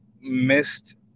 missed